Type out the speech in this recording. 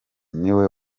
niwe